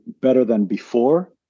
better-than-before